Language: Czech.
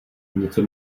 něco